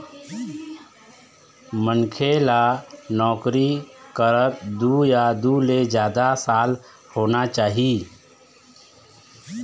मनखे ल नउकरी करत दू या दू ले जादा साल होना चाही